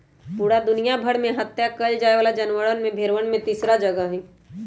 पूरा दुनिया भर में हत्या कइल जाये वाला जानवर में भेंड़वन के तीसरा जगह हई